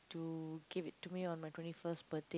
to give it to me on my twenty first birthday